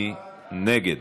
נגד?